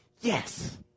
yes